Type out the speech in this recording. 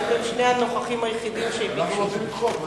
כי אתם שני הנוכחים היחידים שביקשו.